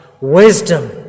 wisdom